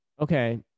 okay